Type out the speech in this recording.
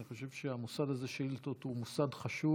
אני חושב שהמוסד הזה של שאילתות הוא מוסד חשוב.